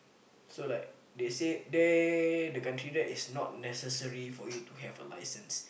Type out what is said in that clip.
so like they said there the country there is not necessary for you to have a license